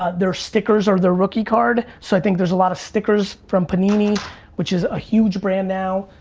ah their stickers are their rookie card. so i think there's a lot of stickers from panini which is a huge brand now,